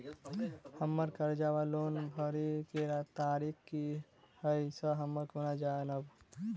हम्मर कर्जा वा लोन भरय केँ तारीख की हय सँ हम केना जानब?